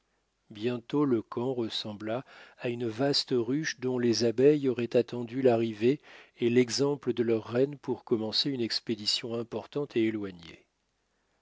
bientôt le camp ressembla à une vaste ruche dont les abeilles auraient attendu l'arrivée et l'exemple de leur reine pour commencer une expédition importante et éloignée